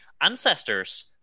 ancestors